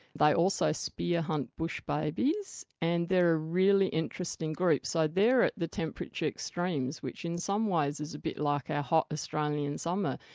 they also spear-hunt bushbabies, and they're a really interesting group. so they're at the temperature extremes, which in some ways is a bit like our hot australian summer,